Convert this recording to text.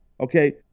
Okay